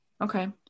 Okay